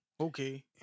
okay